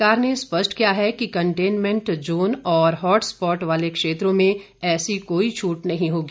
सरकार ने स्पष्ट किया है कि कंटेनमेंट जोन और हॉटस्पॉट वाले क्षेत्रों में ऐसी कोई छूट नहीं होगी